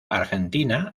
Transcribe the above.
argentina